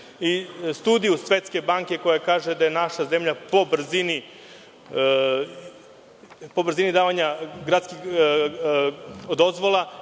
studiju Svetske banke koja kaže da je naša zemlja po brzini davanja dozvola